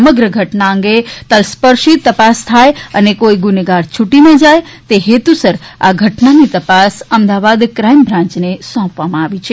સમગ્ર ઘટના અંગે તલસ્પર્શી તપાસ થાય અને કોઇ ગુનેગાર છૂટી ન જાય તે હેતુસર આ ઘટનાની તપાસ અમદાવાદ કાઇમ બ્રાન્યને સોંપવામાં આવી છે